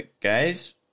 guys